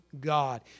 God